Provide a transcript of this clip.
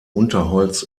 unterholz